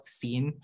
seen